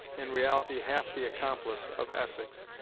in reality half the accomplice, of essex,